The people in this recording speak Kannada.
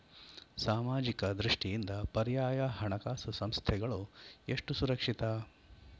ಸಾಮಾಜಿಕ ದೃಷ್ಟಿಯಿಂದ ಪರ್ಯಾಯ ಹಣಕಾಸು ಸಂಸ್ಥೆಗಳು ಎಷ್ಟು ಸುರಕ್ಷಿತ?